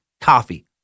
Coffee